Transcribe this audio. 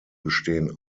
bestehen